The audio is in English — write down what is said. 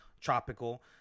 tropical